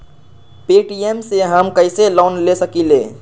Paytm से हम कईसे लोन ले सकीले?